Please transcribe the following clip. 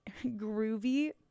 groovy